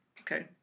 Okay